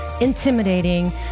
intimidating